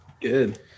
Good